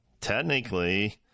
Technically